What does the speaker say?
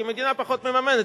כי המדינה פחות מממנת,